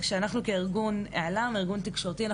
אבל יש חופש ביטוי ויש אלימות.